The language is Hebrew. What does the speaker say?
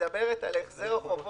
פסקת משנה (ד) מדברת על החזר חובות